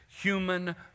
human